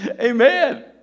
Amen